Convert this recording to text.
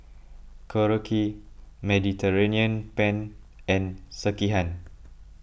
Korokke Mediterranean Penne and Sekihan